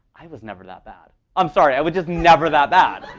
i was never that bad. i'm sorry, i was just never that bad.